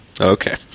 okay